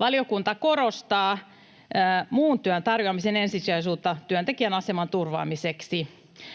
Valiokunta korostaa muun työn tarjoamisen ensisijaisuutta työntekijän aseman turvaamiseksi,